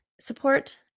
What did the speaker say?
support